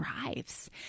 thrives